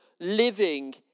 living